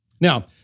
Now